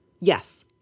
Yes